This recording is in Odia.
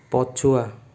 ପଛୁଆ